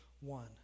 one